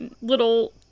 little